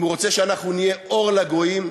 אם הוא רוצה שאנחנו נהיה אור לגויים,